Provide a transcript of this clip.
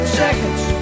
seconds